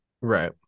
Right